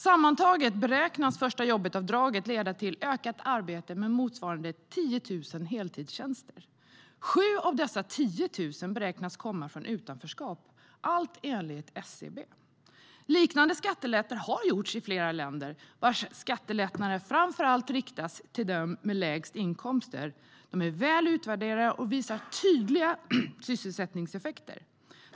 Sammantaget beräknas förstajobbetavdraget leda till ökat arbete med motsvarande 10 000 heltidstjänster. Av dessa beräknas 7 000 komma från utanförskap, allt enligt SCB.Liknande skattelättnader har gjorts i flera länder, vars skattelättnader framför allt riktas till dem med lägst inkomster. Lättnaderna är väl utvärderade och visar tydliga sysselsättningseffekter.